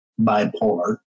bipolar